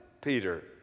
Peter